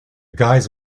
guys